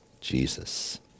Jesus